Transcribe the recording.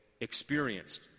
experienced